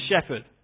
shepherd